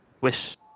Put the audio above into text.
Wish